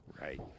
Right